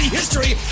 history